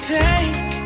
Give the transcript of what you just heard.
take